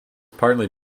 partly